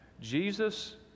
Jesus